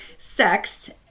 sex